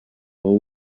vow